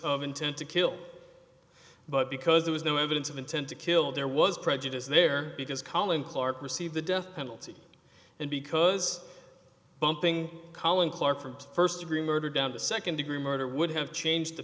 of intent to kill but because there was no evidence of intent to kill there was prejudice there because colleen clark receive the death penalty and because bumping colleen clark from first degree murder down to second degree murder would have changed the